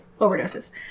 overdoses